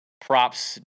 props